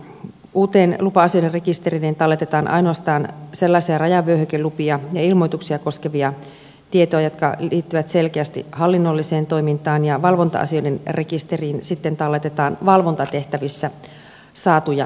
uuteen lupa asioiden rekisteriin talletetaan ainoastaan sellaisia rajavyöhykelupia ja ilmoituksia koskevia tietoja jotka liittyvät selkeästi hallinnolliseen toimintaan ja valvonta asioiden rekisteriin talletetaan valvontatehtävissä saatuja tietoja